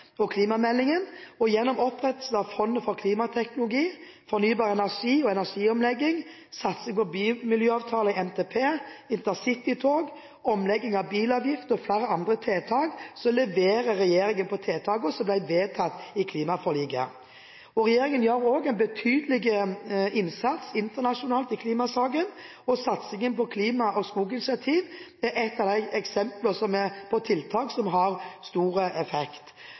og klimameldingen. Gjennom opprettelsen av fondet for klimateknologi, fornybar energi og energiomlegging, satsing på bymiljøavtaler i NTP, intercitytog, omlegging av bilavgiftene og flere andre tiltak, leverer regjeringen på tiltakene som ble vedtatt i klimaforliket. Regjeringen gjør også en betydelig innsats internasjonalt i klimasaken, og satsingen på klima- og skoginitiativet er et eksempel på et tiltak som har stor effekt.